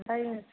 ओमफ्राय